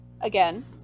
Again